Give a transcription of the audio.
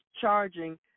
charging